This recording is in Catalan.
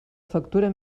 factura